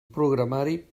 programari